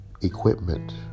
equipment